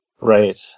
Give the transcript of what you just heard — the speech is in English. Right